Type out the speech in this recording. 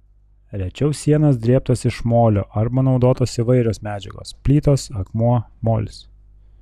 rečiau sienos drėbtos iš molio arba naudotos įvairios medžiagos plytos akmuo molis